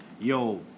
Yo